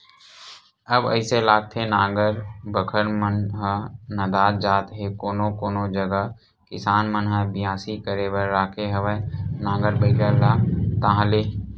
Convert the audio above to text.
अब अइसे लागथे नांगर बखर मन ह नंदात जात हे कोनो कोनो जगा किसान मन ह बियासी करे बर राखे हवय नांगर बइला ला ताहले